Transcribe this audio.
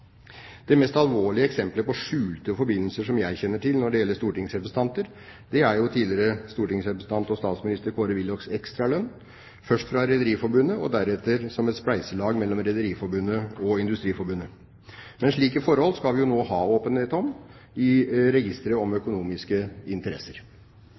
Det mest alvorlige eksemplet på skjulte forbindelser som jeg kjenner til når det gjelder stortingsrepresentanter, er tidligere stortingsrepresentant og statsminister Kåre Willochs ekstralønn, først fra Rederiforbundet og deretter som et spleiselag mellom Rederiforbundet og Industriforbundet. Men slike forhold skal vi jo nå ha åpenhet om i registeret